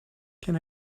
can